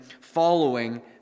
Following